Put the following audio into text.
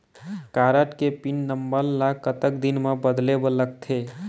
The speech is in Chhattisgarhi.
कारड के पिन नंबर ला कतक दिन म बदले बर लगथे?